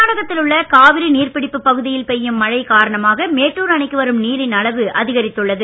கர்நாடகத்தில் உள்ள காவிரி நீர் பிடிப்புப் பகுதியில் பெய்யும் மழை காரணமாக மேட்டூர் அணைக்கு வரும் நீரின் அளவு அதிகரித்துள்ளது